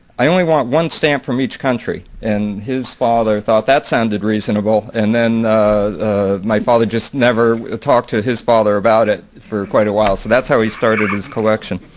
i only want one stamp from each country. and his father thought that sounded reasonable. and then my father just never talked to his father about it for quite a while. so that's how he started his collection.